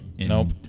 Nope